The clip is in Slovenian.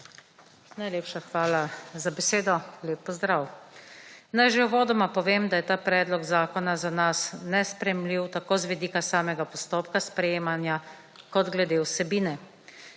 Najlepša hvala za besedo. Lep pozdrav. Naj že uvodoma povem, da je ta predlog zakona za nas nesprejemljiv tako z vidika samega postopka sprejemanja kot glede vsebine.